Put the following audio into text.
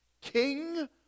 king